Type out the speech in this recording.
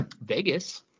Vegas